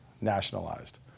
nationalized